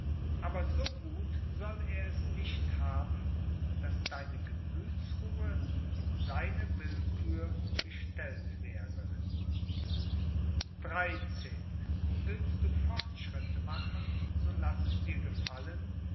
aber so gut soll er es nicht haben daß deine gemüthsruhe in seine willkür gestellt wäre sei ein thor vor der welt xiii willst du fortschritte machen so laß es dir gefallen